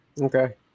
okay